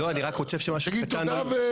תגיד תודה.